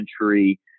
century